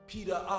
Peter